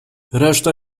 reszta